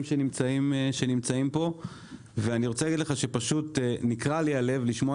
שנמצאים פה ואני רוצה להגיד לך שפשוט נקרע לי הלב לשמוע